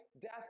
death